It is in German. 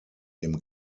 dem